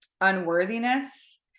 unworthiness